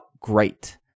great